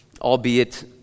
albeit